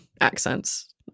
accents